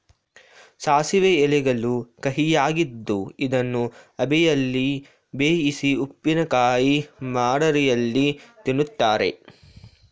ಸಾಸಿವೆ ಎಲೆಗಳು ಕಹಿಯಾಗಿದ್ದು ಇದನ್ನು ಅಬೆಯಲ್ಲಿ ಬೇಯಿಸಿ ಉಪ್ಪಿನಕಾಯಿ ಮಾದರಿಯಲ್ಲಿ ತಿನ್ನುತ್ತಾರೆ